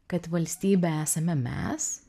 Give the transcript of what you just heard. kad valstybė esame mes